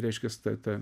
reiškias ta ta